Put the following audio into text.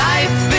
Life